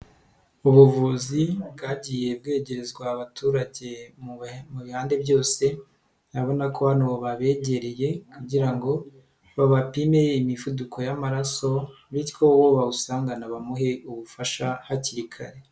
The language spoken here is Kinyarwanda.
Ubuvuzi bwagiye bwegerezwa abaturagewe mu bihande byose, urabona ko hano babegereye kugira ngo babapime imivuduko y'amaraso, bityo uwo bawusangana bamuhe ubufasha hakiri kare.